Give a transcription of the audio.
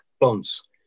bonds